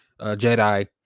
Jedi